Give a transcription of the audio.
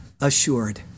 assured